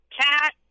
Cat